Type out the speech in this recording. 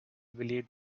believed